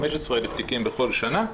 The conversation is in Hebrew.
15,000 תיקים בכל שנה,